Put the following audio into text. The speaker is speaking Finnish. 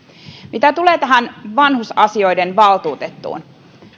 mitä tulee vanhusasioiden valtuutettuun